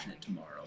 tomorrow